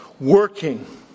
working